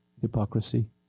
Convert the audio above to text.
hypocrisy